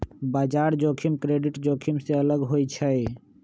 बजार जोखिम क्रेडिट जोखिम से अलग होइ छइ